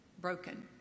broken